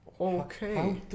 Okay